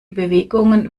bewegungen